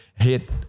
Hit